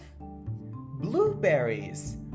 Blueberries